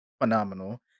phenomenal